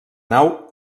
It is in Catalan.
nau